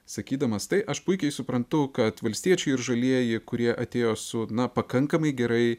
sakydamas tai aš puikiai suprantu kad valstiečiai ir žalieji kurie atėjo su na pakankamai gerai